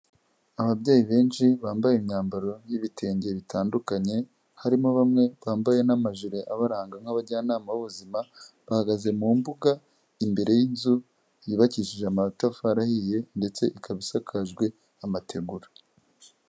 Ababyeyi benshi bambaye imyambaro y'ibitenge bitandukanye, harimo bamwe bambaye n'amajire abaranga nk'abajyanama b'ubuzima bahagaze mu mbuga, imbere y'inzu yubakishije amatafari arahiye ndetse ikaba isakajwe amategura.